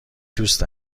دوست